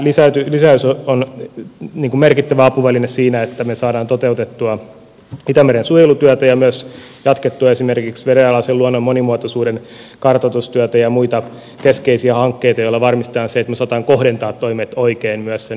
tämä lisäys on merkittävä apuväline siinä että me saamme toteutettua itämeren suojelutyötä ja myös jatkettua esimerkiksi vedenalaisen luonnon monimuotoisuuden kartoitustyötä ja muita keskeisiä hankkeita joilla varmistetaan se että me osaamme myös kohdentaa toimet oikein sen tutkimustiedon pohjalta